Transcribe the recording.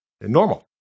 normal